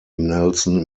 nelson